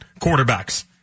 quarterbacks